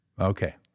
Okay